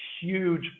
huge